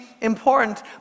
important